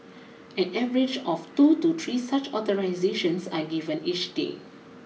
an average of two to three such authorisations are given each day